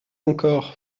encore